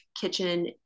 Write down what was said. kitchen